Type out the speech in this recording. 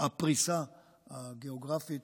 הפריסה הגיאוגרפית